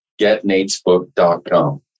Getnatesbook.com